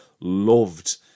loved